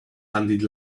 hundred